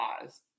pause